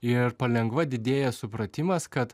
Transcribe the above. ir palengva didėja supratimas kad